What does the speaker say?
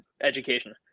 education